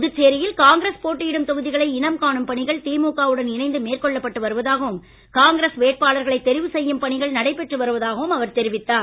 புதுச்சேரியில் காங்கிரஸ் போட்டியிடும் தொகுதிகளை இனம் காணும் பணிகள் திமுக உடன் இணைந்து மேற்கொள்ளப்பட்டு வருவதாகவும் காங்கிரஸ் வேட்பாளர்களை தெரிவு செய்யும் பணிகள் நடைபெற்று வருவதாகவும் அவர் தெரிவித்தார்